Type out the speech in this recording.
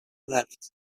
left